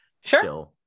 Sure